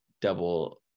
double